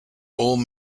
old